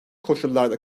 koşullarda